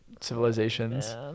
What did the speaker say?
civilizations